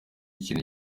kintu